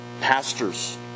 pastors